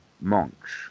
monks